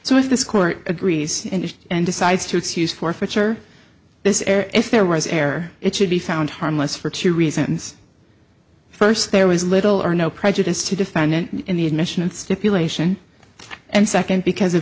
so if this court agrees and decides to use forfeiture this error if there was air it should be found harmless for two reasons first there was little or no prejudice to defendant in the admission and stipulation and second because of